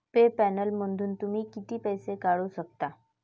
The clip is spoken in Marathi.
पे पॅलमधून तुम्ही किती पैसे पाठवू शकता?